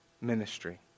ministry